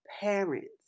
parents